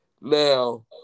Now